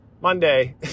Monday